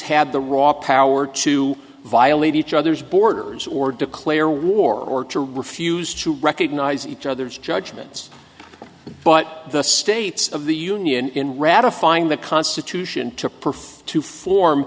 had the raw power to violate each other's borders or declare war or to refuse to recognize each other's judgments but the states of the union in ratifying the constitution to